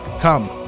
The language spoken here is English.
Come